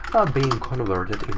being converted